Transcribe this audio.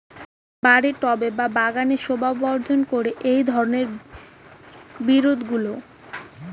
বাড়ির টবে বা বাগানের শোভাবর্ধন করে এই ধরণের বিরুৎগুলো